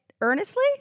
earnestly